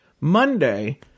Monday